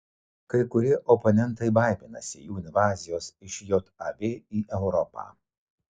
kai kurie oponentai baiminasi jų invazijos iš jav į europą